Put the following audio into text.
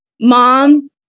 mom